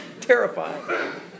terrifying